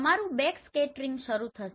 તમારું બેકસ્કેટરિંગ શરૂ થશે